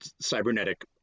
cybernetic